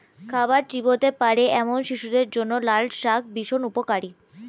খাবার চিবোতে পারে এমন শিশুদের জন্য লালশাক ভীষণ উপকারী